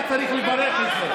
אתה צריך לברך על זה.